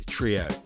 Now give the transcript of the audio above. Trio